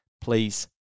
please